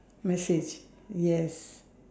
message yes